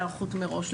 והיערכות מראש,